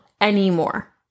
anymore